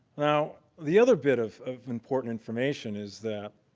now the other bit of of important information is that